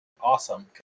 Awesome